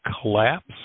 collapse